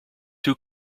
two